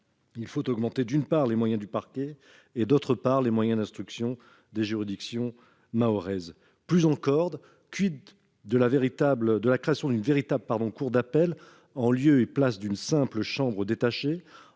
Il faut augmenter, d'une part, les moyens du parquet, d'autre part, les moyens d'instruction des juridictions mahoraises. Plus encore, de la création d'une véritable cour d'appel en lieu et place d'une simple chambre détachée